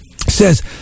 says